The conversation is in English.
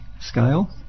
scale